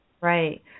Right